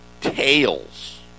tails